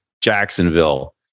Jacksonville